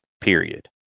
period